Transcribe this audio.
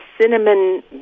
cinnamon